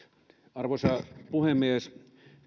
arvoisa puhemies